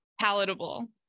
palatable